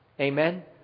Amen